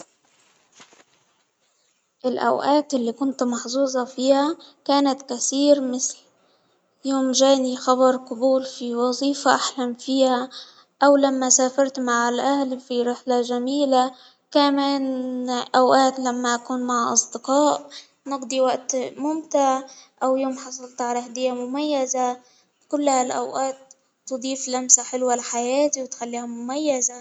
الأوقات اللي كنت محظوظة فيها، كانت كثير مثل يوم جاني خبر قبول في وظيفة أحلم فيها أو لما سافرت مع الأهل في رحلة جميلة، كمان أوقات لما أكون مع أصدقاء نقضي وقت ممتع أو يوم حصلت علي هدية مميزة، كل هالأوآت تضيف لمسة حلوة لحياتي وتخليها مميزة.